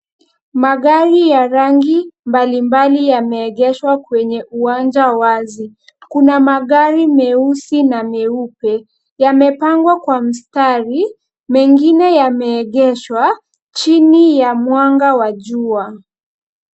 Magari ya rangi mbalimbali yameegeshwa kwenye uwanja wazi. Kuna magari meusi na meupe. Yamepangwa kwa mstari, mengine yameegeshwa chini ya mwanga wa jua.